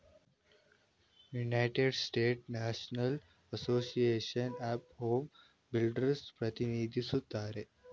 united ಸ್ಟೇಟ್ಸ್ನಲ್ಲಿ national association of home builders ಪ್ರತಿನಿಧಿಸುತ್ತದೆ